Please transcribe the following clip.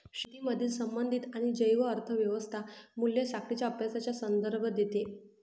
शेतीमधील संबंधित आणि जैव अर्थ व्यवस्था मूल्य साखळींच्या अभ्यासाचा संदर्भ देते